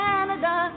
Canada